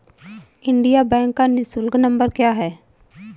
Indian bank का निःशुल्क number क्या है?